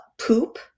poop